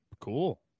Cool